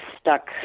stuck